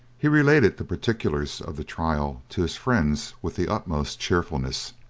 he related the particulars of the trial to his friends with the utmost cheerfulness.